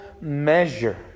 measure